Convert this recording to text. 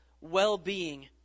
well-being